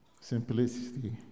simplicity